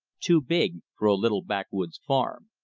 too big for a little backwoods farm.